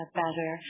better